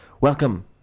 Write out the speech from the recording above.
Welcome